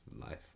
life